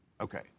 Okay